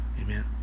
Amen